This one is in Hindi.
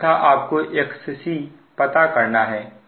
तथा आप को XC पता करना है